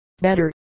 better